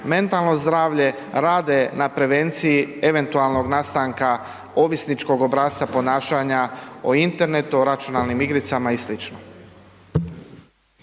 mentalno zdravlje rade na prevenciji eventualnog nastanka ovisničkog obrasca ponašanja o internetu, o računalnim igricama i sl.